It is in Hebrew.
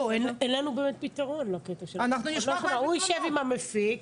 לא, אין לנו באמת פתרון לקטע הוא ישב עם המפיק.